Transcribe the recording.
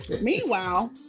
meanwhile